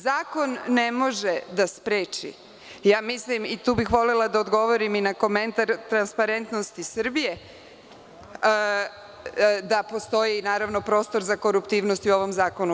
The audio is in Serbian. Zakon ne može da spreči, ja mislim i tu bih volela da odgovorim i na komentar „Transparentnosti Srbije“, da postoji naravno prostor za koruptivnost u ovom zakonu.